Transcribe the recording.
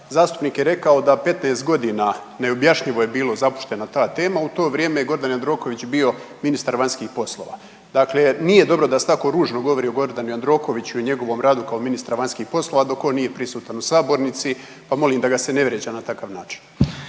Zastupnik je rekao da 15 godina neobjašnjivo je bilo zapuštena ta tema. U to vrijeme je Gordan Jandroković bio ministar vanjskih poslova. Dakle, nije dobro da se tako ružno govori o Gordanu Jandrokoviću i njegovom radu kao ministra vanjskih poslova dok on nije prisutan u sabornici pa molim da ga se ne vrijeđa na takav način.